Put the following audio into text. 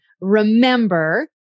remember